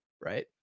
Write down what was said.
right